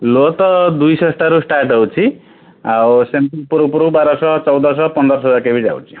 ଲୋ ତ ଦୁଇଶହ ଠାରୁ ଷ୍ଟାର୍ଟ୍ ହେଉଛି ଆଉ ସେମିତି ଉପର ଉପରକୁ ବାର ଶହ ଚଉଦ ଶହ ପନ୍ଦର ଶହ ଯାକେ ବି ଯାଉଛି